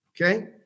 Okay